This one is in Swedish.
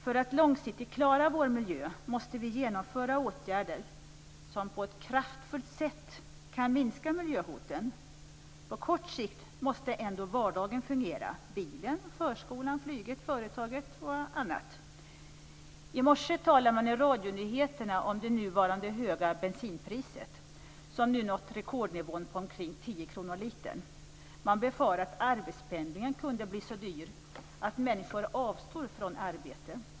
För att långsiktigt klara vår miljö måste vi genomföra åtgärder som på ett kraftfullt sätt kan minska miljöhoten. På kort sikt måste ändå vardagen fungera, t.ex. bilen, förskolan, flyget, företaget och annat. I morse talade man i radionyheterna om det nuvarande höga bensinpriset som nu nått rekordnivån på omkring 10 kr litern. Man befarar att arbetspendlingen kan bli så dyr att människor avstår från arbete.